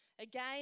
Again